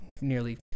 nearly